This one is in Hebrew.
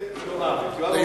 לא, זה יואב.